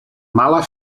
mala